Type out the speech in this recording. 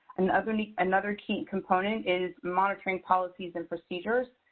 another like another key component is monitoring policies and procedures,